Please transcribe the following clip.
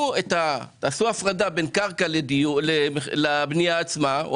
תעשו הפרדה בין קרקע לבנייה עצמה או